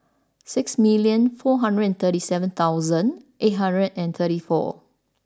six million four hundred and thirty seven thousand eight hundred and thirty four